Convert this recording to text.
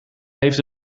heeft